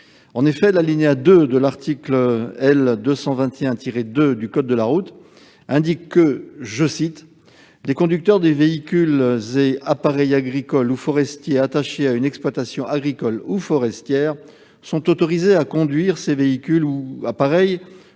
B. L'alinéa 2 de l'article L. 221-2 du code de la route dispose que « les conducteurs des véhicules et appareils agricoles ou forestiers attachés à une exploitation agricole ou forestière [...] sont autorisés à conduire ces véhicules ou appareils